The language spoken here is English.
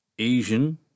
Asian